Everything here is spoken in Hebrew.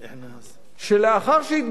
שלאחר שהתבצע הטבח,